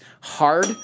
hard